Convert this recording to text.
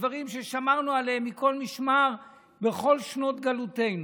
בדברים ששמרנו עליהם מכל משמר בכל שנות גלותנו.